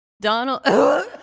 Donald